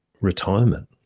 retirement